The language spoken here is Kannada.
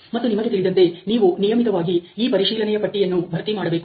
ಮತ್ತು ನಿಮಗೆ ತಿಳಿದಂತೆ ನೀವು ನಿಯಮಿತವಾಗಿ ಈ ಪರಿಶೀಲನೆಯ ಪಟ್ಟಿ ಯನ್ನು ಭರ್ತಿ ಮಾಡಬೇಕು